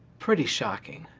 pretty shocking.